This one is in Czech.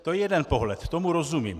To je jeden pohled, tomu rozumím.